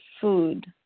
food